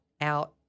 out